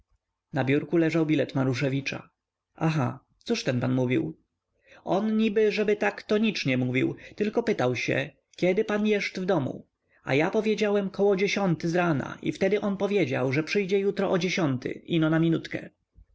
na biurku leżał bilet maruszewicza aha cóż ten pan mówił on niby żeby tak to nicz nie mówił tylko pytał się kiedy pan jeszt w domu a ja powiedziałem koło dziesiąty ż rana i wtedy on powiedział że przyjdzie jutro o dziesiąty ino na minutkę